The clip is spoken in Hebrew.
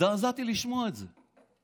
הזדעזעתי לשמוע את זה.